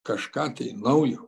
kažką tai naujo